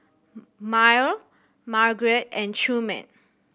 Myrle Margarett and Truman